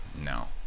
no